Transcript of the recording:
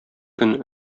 көн